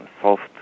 soft